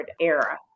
era